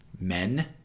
men